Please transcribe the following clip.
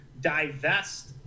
divest